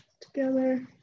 together